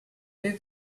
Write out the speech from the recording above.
did